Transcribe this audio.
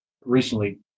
recently